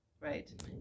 Right